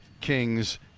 Kings